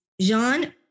Jean